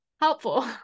helpful